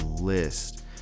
list